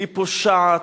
היא פושעת.